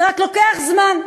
זה רק לוקח זמן.